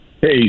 Hey